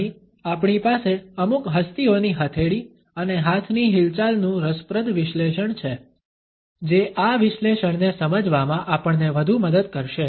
અહીં આપણી પાસે અમુક હસ્તીઓની હથેળી અને હાથની હિલચાલનું રસપ્રદ વિશ્લેષણ છે જે આ વિશ્લેષણને સમજવામાં આપણને વધુ મદદ કરશે